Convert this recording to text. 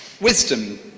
wisdom